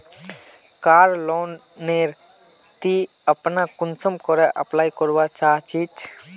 कार loan नेर ती अपना कुंसम करे अप्लाई करवा चाँ चची?